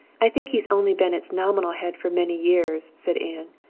i think he has only been its nominal head for many years, said anne.